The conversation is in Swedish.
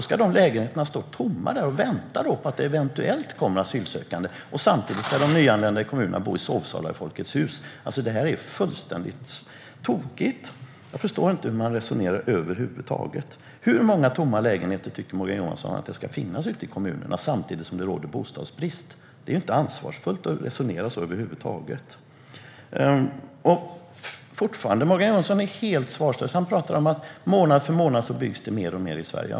Ska dessa lägenheter stå tomma och vänta på att det eventuellt kommer asylsökande medan de nyanlända i kommunerna ska bo i sovsalar i Folkets Hus? Detta är fullständigt tokigt. Jag förstår över huvud taget inte hur man resonerar. Hur många tomma lägenheter tycker Morgan Johansson att det ska finnas i kommunerna samtidigt som det råder bostadsbrist? Det är inte ansvarsfullt att resonera så. Morgan Johansson är fortfarande helt svarslös. Han säger att det månad för månad byggs mer och mer i Sverige.